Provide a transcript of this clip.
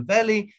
Valley